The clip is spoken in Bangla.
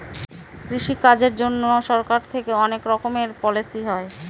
কৃষি কাজের জন্যে সরকার থেকে অনেক রকমের পলিসি হয়